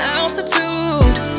altitude